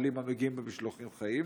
העגלים המגיעים במשלוחים חיים?